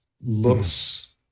looks